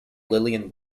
lillian